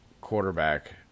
quarterback